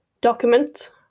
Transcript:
document